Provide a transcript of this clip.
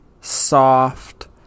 soft